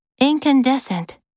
Incandescent